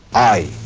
i